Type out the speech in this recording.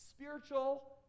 Spiritual